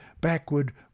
backward